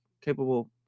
capable